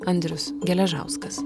andrius geležauskas